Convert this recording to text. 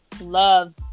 love